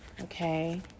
Okay